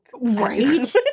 Right